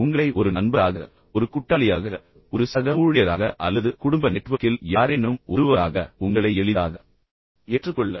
உங்களை ஒரு நண்பராக ஒரு கூட்டாளியாக ஒரு சக ஊழியராக அல்லது குடும்ப நெட்வொர்க்கில் யாரேனும் ஒருவராக உங்களை எளிதாக எளிதாக ஏற்றுக்கொள்ள